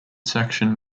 section